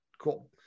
Cool